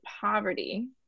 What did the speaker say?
poverty